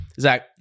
zach